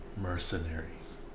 Mercenaries